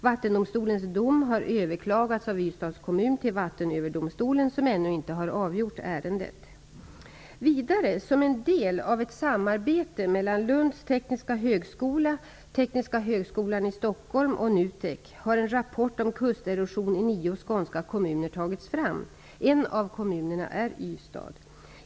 Vattendomstolens dom har överklagats av Ystads kommun till Vattenöverdomstolen, som ännu inte har avgjort ärendet. Vidare, som en del av ett samarbete mellan Lunds tekniska högskola, Tekniska högskolan i Stockholm och NUTEK, har en rapport om kusterosion i nio skånska kommuner tagits fram. En av kommunerna är Ystad.